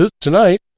tonight